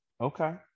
okay